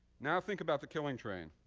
now think about the killing train,